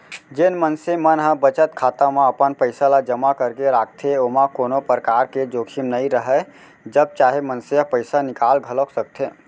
जेन मनसे मन ह बचत खाता म अपन पइसा ल जमा करके राखथे ओमा कोनो परकार के जोखिम नइ राहय जब चाहे मनसे ह पइसा निकाल घलौक सकथे